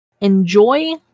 enjoy